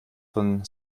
von